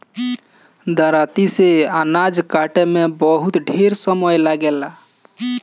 दराँती से अनाज काटे में समय बहुत ढेर लागेला